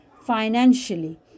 financially